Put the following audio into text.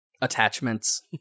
attachments